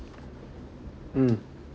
mm